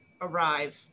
arrive